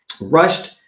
rushed